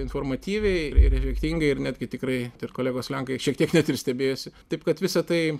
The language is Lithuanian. informatyviai ir efektingai ir netgi tikrai ir kolegos lenkai šiek tiek net ir stebėjosi taip kad visa tai